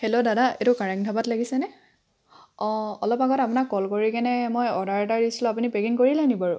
hello দাদা এইটো কাৰেং ধাবাত লাগিছেনে অঁ অলপ আগত আপোনাক কল কৰি কেনে মই অৰ্ডাৰ এটা দিছিলোঁ পেকিং কৰিলে নেকি